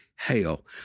hail